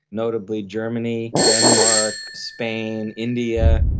notably germany, denmark, spain, india,